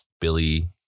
Billy